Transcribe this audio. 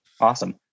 Awesome